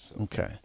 Okay